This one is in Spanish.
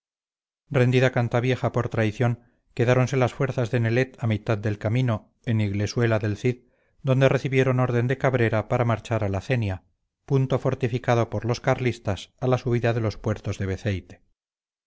rendida cantavieja por traición quedáronse las fuerzas de nelet a mitad del camino en iglesuela del cid donde recibieron orden de cabrera para marchar a la cenia punto fortificado por los carlistas a la subida de los puertos de beceite